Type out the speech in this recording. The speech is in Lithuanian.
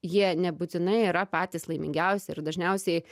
jie nebūtinai yra patys laimingiausi ir dažniausiai